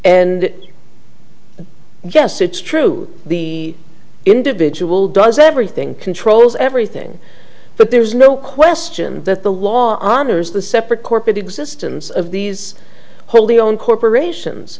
and yes it's true the individual does everything controls everything but there's no question that the law honors the separate corporate existence of these wholly owned corporations